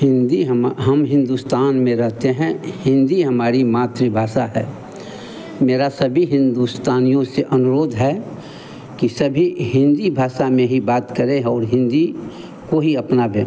हिन्दी हम हम हिन्दुस्तान में रहते हैं हिन्दी हमारी मातृभाषा है मेरा सभी हिन्दुस्तानियों से अनुरोध है कि सभी हिन्दी भाषा में ही बात करें और हिन्दी को ही अपनाएं